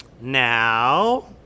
Now